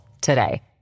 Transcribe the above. today